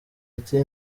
ati